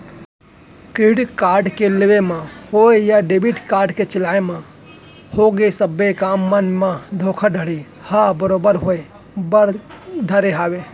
credit card के लेवई म होवय या डेबिट कारड के चलई म होगे सबे काम मन म धोखाघड़ी ह बरोबर होय बर धरे हावय